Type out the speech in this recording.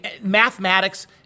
mathematics